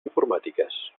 informàtiques